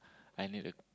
I need a